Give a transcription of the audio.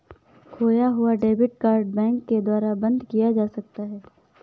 खोया हुआ debit card bank के द्वारा बंद किया जा सकता है